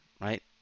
right